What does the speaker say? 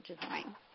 design